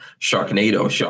Sharknado